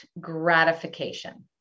gratification